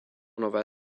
nové